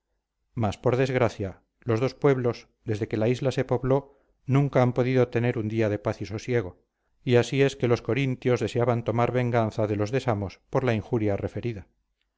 mas por desgracia los dos pueblos desde que la isla se pobló nunca han podido tener un día de paz y sosiego y así es que los corintios deseaban tomar venganza de los de samos por la injuria referida